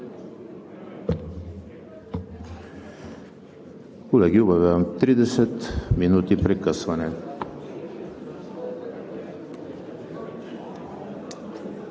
Колеги, обявявам 30 минути прекъсване.